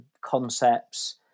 concepts